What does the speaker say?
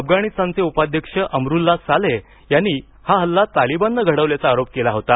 अफगाणिस्तानचे उपाध्यक्ष अमरुल्ला सालेह यांनी या हल्ला तालिबाननं घडवल्याचा आरोप केला होता